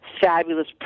fabulous